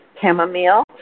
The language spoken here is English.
chamomile